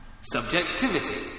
Subjectivity